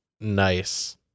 nice